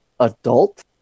adult